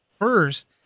first